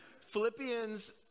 Philippians